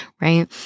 right